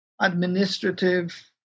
administrative